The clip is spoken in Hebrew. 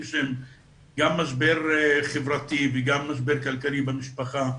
של משבר חברתי וגם משבר כלכלי במשפחה.